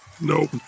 Nope